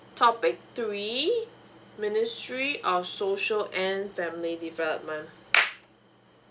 topic three ministry of social and family development